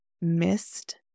missed